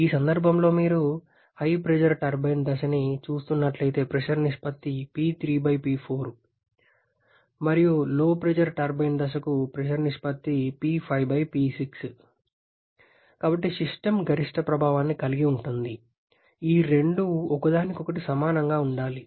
ఈ సందర్భంలో మీరు HP టర్బైన్ దశ ని చూస్తున్నట్లయితే ప్రెషర్ నిష్పత్తి మరియు LP టర్బైన్ దశకు ప్రెషర్ నిష్పత్తి కాబట్టి సిస్టమ్ గరిష్ట ప్రభావాన్ని కలిగి ఉంటుంది ఈ రెండూ ఒకదానికొకటి సమానంగా ఉండాలి